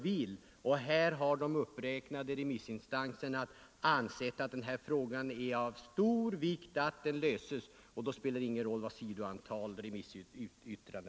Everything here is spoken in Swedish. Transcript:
Vad som är viktigt är vad remissinstanserna framhållit om hur den här frågan bör lösas.